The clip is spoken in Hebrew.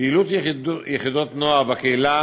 פעילות יחידות נוער בקהילה,